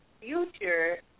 future